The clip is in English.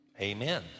Amen